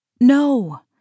No